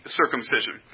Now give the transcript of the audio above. circumcision